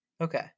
Okay